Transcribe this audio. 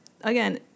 Again